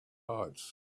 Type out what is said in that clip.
heights